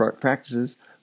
practices